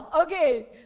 okay